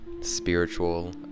spiritual